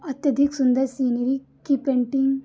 अत्यधिक सुन्दर सीनरी की पेन्टिंग